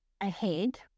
ahead